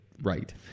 Right